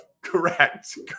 Correct